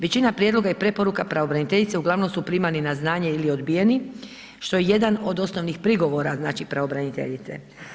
Većina prijedloga i preporuka pravobraniteljice, ugl. su primani na znanje ili odbijeni, što je jedan od osnovnih prigovora pravobraniteljice.